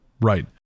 Right